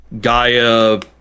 Gaia